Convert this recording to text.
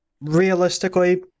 Realistically